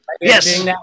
Yes